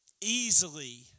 easily